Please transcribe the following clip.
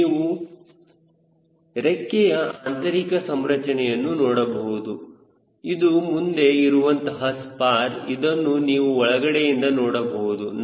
ಹೀಗೆ ನೀವು ರೆಕ್ಕೆಯ ಆಂತರಿಕ ಸಂರಚನೆಯನ್ನು ನೋಡಬಹುದು ಇದು ಮುಂದೆ ಇರುವಂತಹ ಸ್ಪಾರ್ ಇದನ್ನು ನೀವು ಒಳಗಡೆಯಿಂದ ನೋಡಬಹುದು